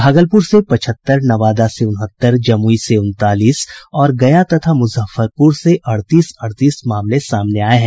भागलपुर से पचहत्तर नवादा से उनहत्तर जमुई से उनतालीस और गया तथा मुजफ्फरपुर से अड़तीस अड़तीस मामले सामने आये हैं